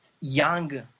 young